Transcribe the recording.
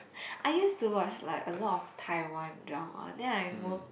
I used to watch like a lot of Taiwan drama then I move